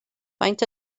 faint